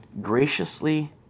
graciously